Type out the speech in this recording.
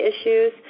issues